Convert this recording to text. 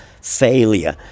failure